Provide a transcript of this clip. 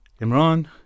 Imran